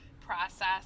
process